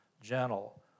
gentle